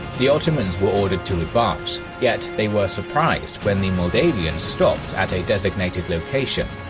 the ottomans were ordered to advance, yet, they were surprised when the moldavians stopped at a designated location.